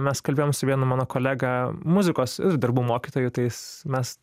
mes kalbėjom su vienu mano kolega muzikos darbų mokytoju tais mes